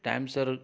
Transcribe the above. time sir